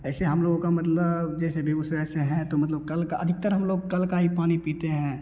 ऐसे हम लोगों का मतलब जैसे बेगुसराय से हैं तो मतलब कल का अधिकतर हम लोग कल का ही पानी पीते हैं